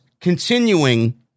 continuing